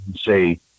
say